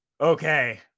okay